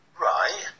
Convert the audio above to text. Right